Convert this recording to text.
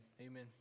Amen